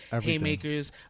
haymakers